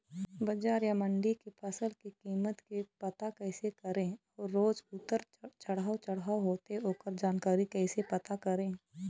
बजार या मंडी के फसल के कीमत के पता कैसे करें अऊ रोज उतर चढ़व चढ़व होथे ओकर जानकारी कैसे पता करें?